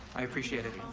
i appreciate it.